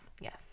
yes